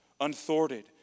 unthwarted